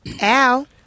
Al